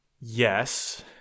Yes